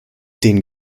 den